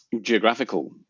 geographical